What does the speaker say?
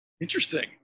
interesting